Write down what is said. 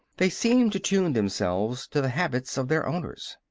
they seemed to tune themselves to the habits of their owners.